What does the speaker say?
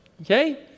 Okay